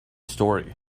story